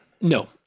No